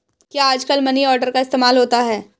क्या आजकल money order का इस्तेमाल होता है?